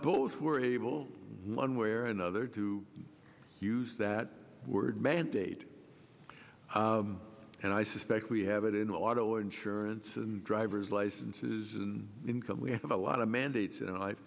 both were able one way or another to use that word mandate and i suspect we have it in auto insurance and driver's licenses and income we have a lot of mandates